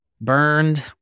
burned